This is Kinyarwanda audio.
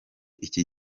iki